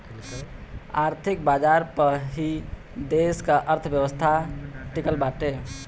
आर्थिक बाजार पअ ही देस का अर्थव्यवस्था टिकल बाटे